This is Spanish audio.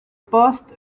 post